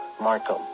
Markham